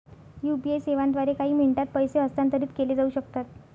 UPI सेवांद्वारे काही मिनिटांत पैसे हस्तांतरित केले जाऊ शकतात